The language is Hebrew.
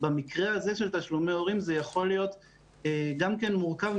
במקרה הזה של תשלומי הורים זה יכול להיות גם כן מורכב,